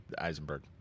Eisenberg